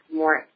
more